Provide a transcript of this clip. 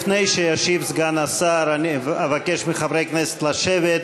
לפני שישיב סגן השר, אני אבקש מחברי הכנסת לשבת.